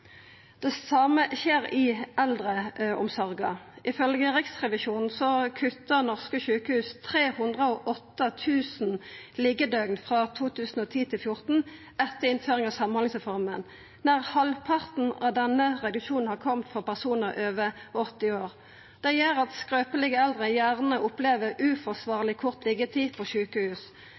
Det same skjer i eldreomsorga. Ifølgje Riksrevisjonen kutta norske sjukehus 308 000 liggjedøgn frå 2010 til 2014 etter innføringa av samhandlingsreforma. Nær halvparten av denne reduksjonen har kome for personar over 80 år. Det gjer at skrøpelege eldre gjerne opplever uforsvarleg kort liggjetid på sjukehus.